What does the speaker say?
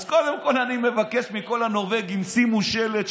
אז קודם כול אני מבקש מכל הנורבגים: שימו שלט,